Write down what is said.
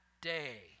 day